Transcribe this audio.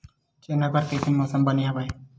चना बर कइसन मौसम बने हवय?